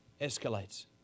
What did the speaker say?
escalates